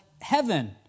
heaven